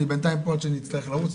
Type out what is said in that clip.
אני בינתיים פה עד שאצטרך לרוץ.